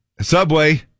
Subway